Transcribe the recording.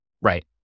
Right